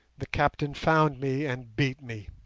the captain found me and beat me.